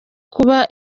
kuba